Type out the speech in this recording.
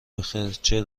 بخیر، چه